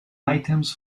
items